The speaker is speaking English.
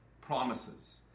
promises